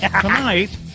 tonight